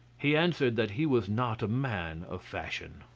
he answered that he was not a man of fashion.